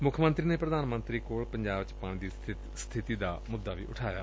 ਮੱਖ ਮੰਤਰੀ ਨੇ ਪ੍ਰਧਾਨ ਮੰਤਰੀ ਨਾਲ ਪੰਜਾਬ ਚ ਪਾਣੀ ਦੀ ਸਬਿਤੀ ਦਾ ਮੱਦਾ ਵੀ ਉਠਾਇਆ